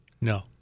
No